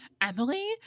Emily